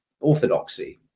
orthodoxy